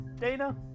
Dana